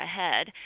ahead